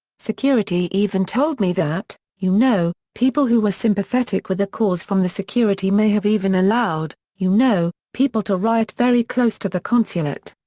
security even told me that, you know, people who were sympathetic with the cause from the security may have even allowed, you know, people to riot very close to the consulate.